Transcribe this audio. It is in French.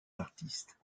artiste